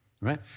right